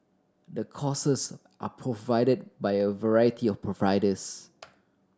the courses are provided by a variety of providers